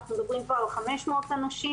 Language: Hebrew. אנחנו מדברים כבר על 500 אנשים,